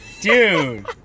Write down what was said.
Dude